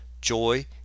joy